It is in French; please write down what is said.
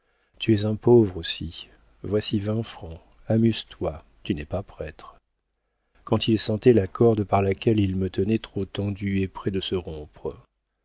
tu es un pauvre aussi voici vingt francs amuse-toi tu n'es pas prêtre quand il sentait la corde par laquelle il me tenait trop tendue et près de se rompre